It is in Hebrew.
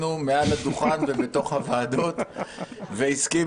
שלנו מעל לשולחן ומתוך הוועדות והסכימה.